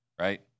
right